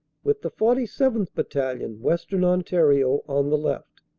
with the forty seventh. battalion, western ontario, on the left.